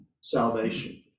salvation